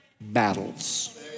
battles